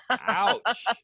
Ouch